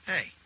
Hey